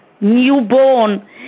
newborn